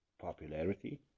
popularity